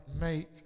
make